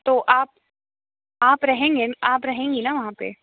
तो आप आप रहेंगे आप रहेंगी ना वहाँ पर